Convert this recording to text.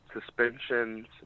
suspensions